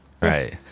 right